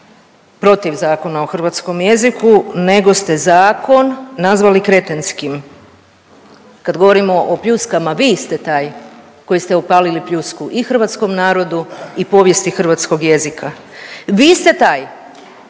protiv Zakona o hrvatskom jeziku nego ste zakon nazvali kretenskim. Kad govorimo o pljuskama, vi ste taj koji ste opalili pljusku i hrvatskom narodu i povijesti hrvatskog jezika. Vi ste taj